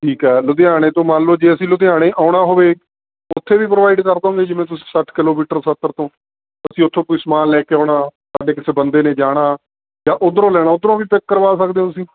ਠੀਕ ਹੈ ਲੁਧਿਆਣੇ ਤੋਂ ਮੰਨ ਲਓ ਜੇ ਅਸੀਂ ਲੁਧਿਆਣੇ ਆਉਣਾ ਹੋਵੇ ਉੱਥੇ ਵੀ ਪ੍ਰੋਵਾਈਡ ਕਰ ਦੋਂਗੇ ਜਿਵੇਂ ਤੁਸੀਂ ਸੱਠ ਕਿਲੋਮੀਟਰ ਸੱਤਰ ਤੋਂ ਅਸੀਂ ਉੱਥੋਂ ਕੋਈ ਸਮਾਨ ਲੈ ਕੇ ਆਉਣਾ ਸਾਡੇ ਕਿਸੇ ਬੰਦੇ ਨੇ ਜਾਣਾ ਜਾਂ ਉੱਧਰੋਂ ਲੈਣਾ ਉੱਧਰੋਂ ਵੀ ਪਿੱਕ ਕਰਵਾ ਸਕਦੇ ਹੋ ਤੁਸੀਂ